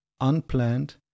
unplanned